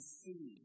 see